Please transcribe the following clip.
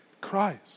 Christ